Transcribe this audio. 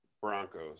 Broncos